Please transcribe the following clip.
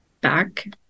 back